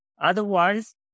Otherwise